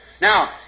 Now